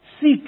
Seek